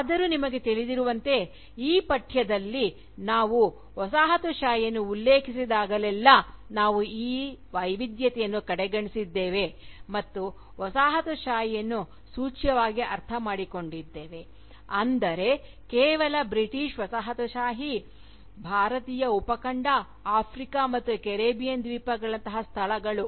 ಆದರೂ ನಿಮಗೆ ತಿಳಿದಿರುವಂತೆ ಈ ಪಠ್ಯದಲ್ಲಿ ನಾವು ವಸಾಹತುಶಾಹಿಯನ್ನು ಉಲ್ಲೇಖಿಸಿದಾಗಲೆಲ್ಲಾ ನಾವು ಈ ವೈವಿಧ್ಯತೆಯನ್ನು ಕಡೆಗಣಿಸಿದ್ದೇವೆ ಮತ್ತು ವಸಾಹತುಶಾಹಿಯನ್ನು ಸೂಚ್ಯವಾಗಿ ಅರ್ಥಮಾಡಿಕೊಂಡಿದ್ದೇವೆ ಅಂದರೆ ಕೇವಲ ಬ್ರಿಟಿಷ್ ವಸಾಹತುಶಾಹಿ ಭಾರತೀಯ ಉಪಖಂಡ ಆಫ್ರಿಕಾ ಮತ್ತು ಕೆರಿಬಿಯನ್ ದ್ವೀಪಗಳಂತಹ ಸ್ಥಳಗಳು